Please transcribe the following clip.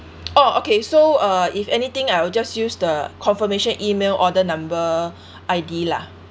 oh okay so uh if anything I'll just use the confirmation email order number I_D lah